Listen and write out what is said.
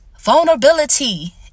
vulnerability